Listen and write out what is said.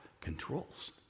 controls